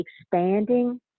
expanding